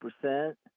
percent